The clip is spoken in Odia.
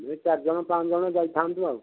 ଆମେ ଚାରିଜଣ ପାଞ୍ଚଜଣ ଯାଇଥାନ୍ତୁ ଆଉ